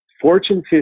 fortune